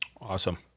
Awesome